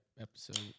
episode